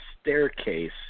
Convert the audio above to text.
staircase